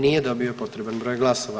Nije dobio potreban broj glasova.